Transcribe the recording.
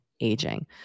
aging